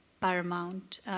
paramount